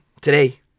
today